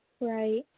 Right